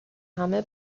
همه